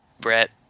Brett